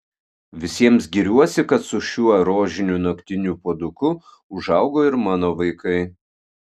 visiems giriuosi kad su šiuo rožiniu naktiniu puoduku užaugo ir mano vaikai